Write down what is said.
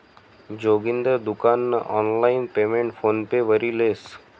जोगिंदर दुकान नं online payment PhonePe वरी लेस